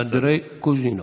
אנדרי קוז'ינוב.